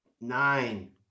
nine